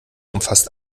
umfasst